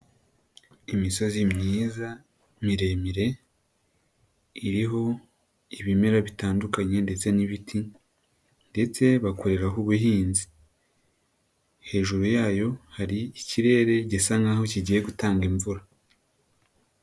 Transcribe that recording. Imisozi myiza miremire, iriho ibimera bitandukanye ndetse n'ibiti ndetse bakoreraho ubuhinzi, hejuru yayo hari ikirere gisa nk'aho kigiye gutanga imvura.